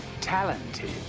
Talented